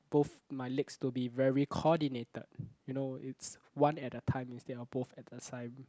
both my legs to be very coordinated you know it's one at a time instead of both at the time